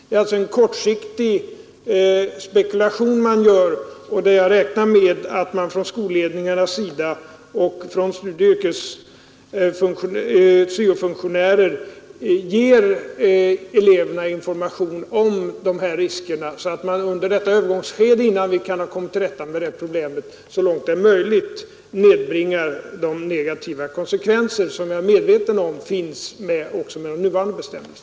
Det är sålunda en kortsiktig spekulation man gör, och jag räknar med att man från skolledningarnas och styrelsefunktionärernas sida ger eleverna information om de här riskerna så att vi under övergångsskedet, innan vi kommit till rätta med detta problem, så långt det är möjligt kan nedbringa de negativa konsekvenser som jag också är medveten om följer med de nuvarande bestämmelserna.